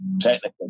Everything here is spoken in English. technically